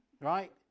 right